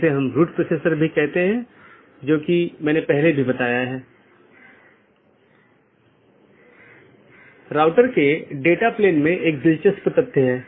तो IBGP speakers की तरह AS के भीतर पूर्ण मेष BGP सत्रों का मानना है कि एक ही AS में साथियों के बीच एक पूर्ण मेष BGP सत्र स्थापित किया गया है